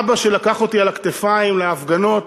אבא שלקח אותי על הכתפיים להפגנות